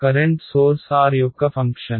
current source r యొక్క function